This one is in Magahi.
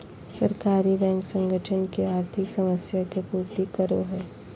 सहकारी बैंक संगठन के आर्थिक समस्या के पूर्ति करो हइ